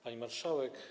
Pani Marszałek!